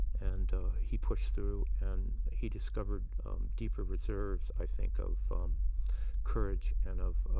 and he pushed through, and he discovered deeper reserves, i think, of courage and of